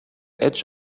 edge